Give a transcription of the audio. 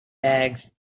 bags